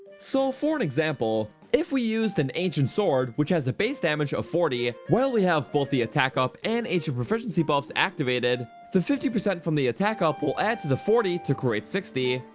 so for an example, if we used a ancient sword which has a base damage of forty while we have both the attack up and ancient proficiency buffs activated, the fifty percent from the attack up will add to the forty to create sixty,